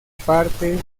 parte